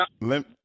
Let